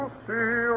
see